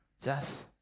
death